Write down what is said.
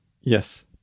Yes